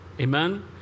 Amen